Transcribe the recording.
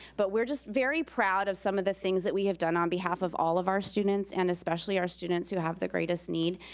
but we're just very proud of some of the things that we have done on behalf of all of our students, and especially our students who have the greatest need.